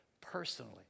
personally